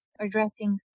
addressing